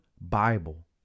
Bible